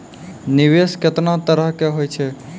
निवेश केतना तरह के होय छै?